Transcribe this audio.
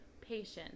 Patience